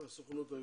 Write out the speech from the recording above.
והסוכנות היהודית.